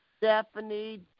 Stephanie